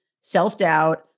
self-doubt